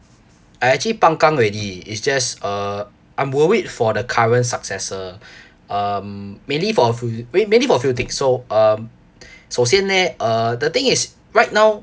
I actually pang kang already it's just uh I'm worried for the current successor um mainly for mainly for a few things so um 首先 leh uh the thing is right now